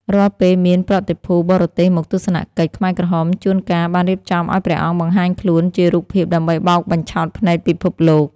រាល់ពេលមានប្រតិភូបរទេសមកទស្សនកិច្ច ខ្មែរក្រហមជួនកាលបានរៀបចំឱ្យព្រះអង្គបង្ហាញខ្លួនជារូបភាពដើម្បីបោកបញ្ឆោតភ្នែកពិភពលោក។